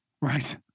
right